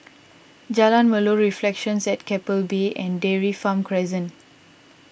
Jalan Melor Reflections at Keppel Bay and Dairy Farm Crescent